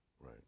Right